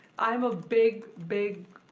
i'm a big big,